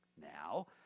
Now